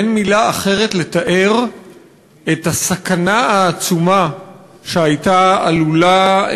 אין מילה אחרת לתאר את הסכנה העצומה שהייתה עלולה